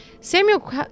Samuel